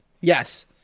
yes